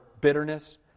bitterness